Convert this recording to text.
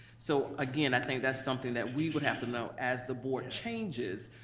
so again i think that's something that we would have to know. as the board changes,